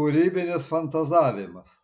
kūrybinis fantazavimas